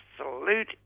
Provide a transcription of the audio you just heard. absolute